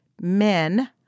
men